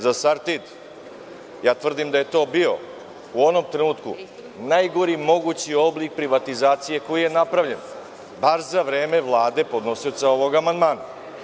Za „Sartid“ tvrdim da je to bio u onom trenutku najgori mogući oblik privatizacije koji je napravljen baš za vreme vlade podnosioca ovog amandmana.